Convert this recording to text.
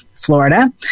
florida